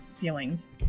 feelings